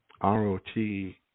R-O-T